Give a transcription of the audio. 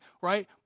right